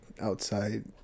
outside